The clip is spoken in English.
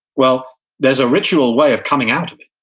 well, there's a ritual way of coming out of it.